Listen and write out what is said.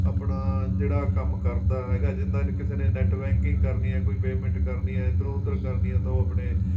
ਆਪਣਾ ਜਿਹੜਾ ਕੰਮ ਕਰਦਾ ਹੈਗਾ ਜਿੱਦਾ ਕਿਸੇ ਨੇ ਨੈਟ ਬੈਂਕਿੰਗ ਕਰਨੀ ਹੈ ਕੋਈ ਪੇਮੈਂਟ ਕਰਨੀ ਹੈ ਇਧਰੋਂ ਉਧਰ ਕਰਨੀ ਹੈ ਤਾਂ ਉਹ ਆਪਣੇ